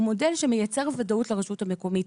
הוא מודל שמייצר ודאות לרשות המקומית.